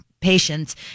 patients